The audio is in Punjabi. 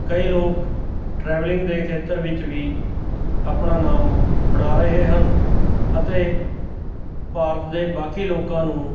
ਕਈ ਲੋਕ ਟਰੈਵਲਿੰਗ ਦੇ ਖੇਤਰ ਵਿੱਚ ਵੀ ਆਪਣਾ ਨਾਮ ਬਣਾ ਰਹੇ ਹਨ ਅਤੇ ਭਾਰਤ ਦੇ ਬਾਕੀ ਲੋਕਾਂ ਨੂੰ